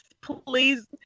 please